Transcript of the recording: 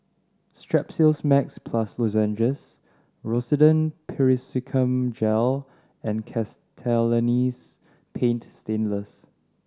Strepsils Max Plus Lozenges Rosiden Piroxicam Gel and Castellani's Paint Stainless